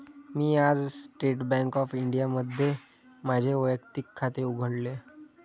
मी आज State Bank of इंडियामध्ये माझे वैयक्तिक खाते उघडले